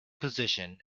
position